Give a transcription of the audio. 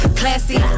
classy